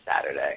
Saturday